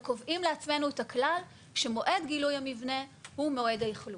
וקובעים לעצמנו את הכלל שמועד המבנה הוא מועד האכלוס.